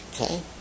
Okay